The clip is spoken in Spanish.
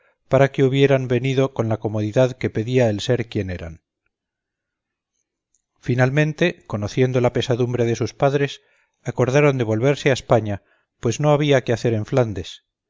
para que hubieran venido con la comodidad que pedia el ser quien eran finalmente conociendo la pesadumbre de sus padres acordáron de volverse á españa pues no habia que hacer en flándes